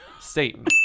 Satan